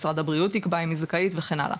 משרד הבריאות יקבע אם היא זכאית וכן הלאה.